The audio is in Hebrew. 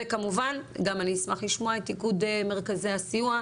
וכמובן גם אני אשמח לשמוע את איגוד מרכזי הסיוע,